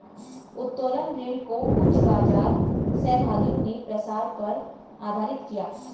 उत्तोलन ऋण को कुछ बाजार सहभागियों ने प्रसार पर आधारित किया